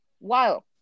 wow